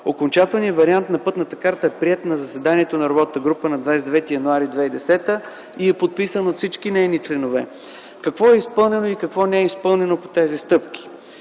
Окончателният вариант на Пътната карта е приет на заседанието на Работната група на 29 януари 2010 г. и е подписан от всички нейни членове. Какво е изпълнено и какво не е изпълнено по тези стъпки?